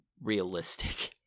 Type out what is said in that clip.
realistic